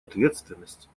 ответственность